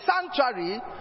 sanctuary